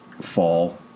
fall